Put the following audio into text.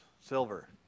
Silver